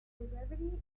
brevity